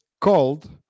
called